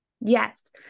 Yes